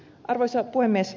arvoisa puhemies